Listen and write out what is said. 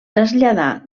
traslladà